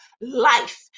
life